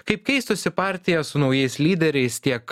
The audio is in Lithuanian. kaip keistųsi partija su naujais lyderiais tiek